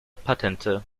patente